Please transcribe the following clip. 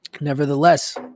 Nevertheless